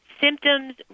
symptoms